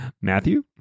Matthew